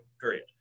period